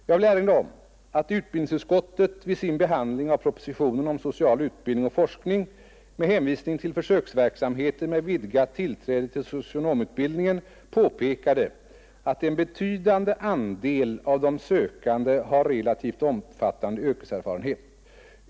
Jag vill erinra om att utbildningsutskottet, vid sin behandling av propositionen om social utbildning och forskning, med hänvisning till försöksverksamheten med vidgat tillträde till socionomutbildningen påpekade att en betydande andel av de sökande har relativt omfattande yrkeserfarenhet.